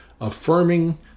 affirming